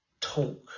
talk